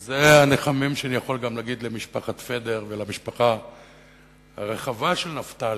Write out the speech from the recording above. אז זה הניחומים שאני יכול גם להגיד למשפחת פדר ולמשפחה הרחבה של נפתלי.